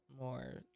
more